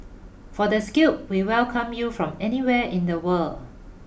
for the skilled we welcome you from anywhere in the world